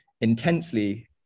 intensely